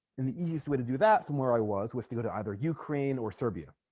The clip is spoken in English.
and the easiest way to do that from where i was was to go to either ukraine or serbia